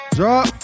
Drop